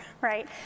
right